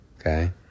okay